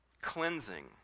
cleansing